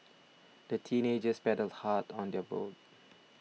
the teenagers paddled hard on their boat